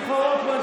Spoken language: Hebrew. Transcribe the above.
שמחה רוטמן,